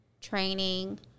training